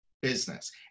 business